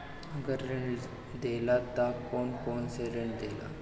अगर ऋण देला त कौन कौन से ऋण देला?